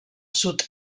sud